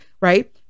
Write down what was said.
right